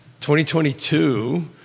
2022